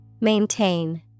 Maintain